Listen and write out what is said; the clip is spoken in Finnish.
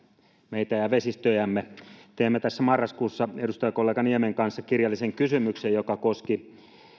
meitä ja vesistöjämme teimme tässä marraskuussa edustajakollega niemen kanssa kirjallisen kysymyksen joka koski